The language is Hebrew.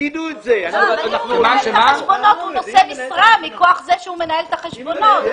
הוא נושא משרה מכוח זה שהוא מנהל את החשבונות.